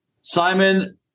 Simon